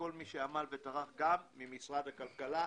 לכל מי שעמל וטרח ממשרד הכלכלה.